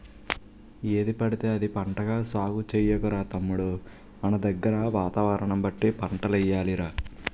ఏదిపడితే అది పంటగా సాగు చెయ్యకురా తమ్ముడూ మనదగ్గర వాతావరణం బట్టి పంటలెయ్యాలి రా